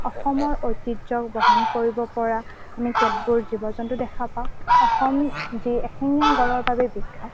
অসমৰ ঐতিহ্য বহন কৰিব পৰা আমি কেতবোৰ জীৱ জন্তু দেখা পাওঁ অসম যি এশিঙীয়া গঁড়ৰ বাবে বিখ্যাত